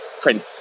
print